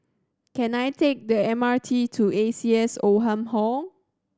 can I take the M R T to A C S Oldham Hall